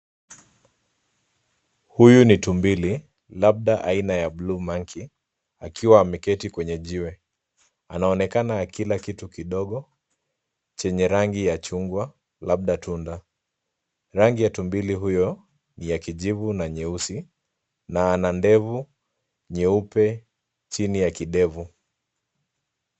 Huyu ni tumbili, labda aina blue monkey akiwa ameketi kwenye jiwe anaonekana akila kitu kidogo chenye rangi ya chungwa labda tunda, tumbili huyo ni ya kijivu na nyeusi na ana ndevu nyeupe chini ya kidevu.